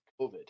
COVID